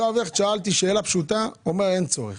שאלתי שאלה פשוטה, ויואב הכט אמר שאין צורך.